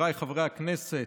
חבריי חברי הכנסת,